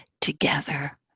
together